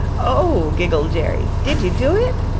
oh, giggled jerry, did you do it?